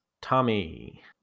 Tommy